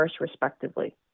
respectively